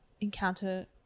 encounter